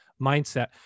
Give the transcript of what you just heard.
mindset